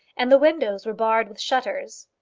and the windows were barred with shutters.